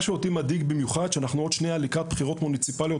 אותי מדאיג במיוחד שאנחנו עוד שנייה לקראת בחירות מוניציפאליות